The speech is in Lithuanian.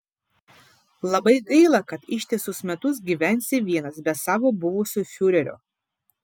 labai gaila kad ištisus metus gyvensi vienas be savo buvusio fiurerio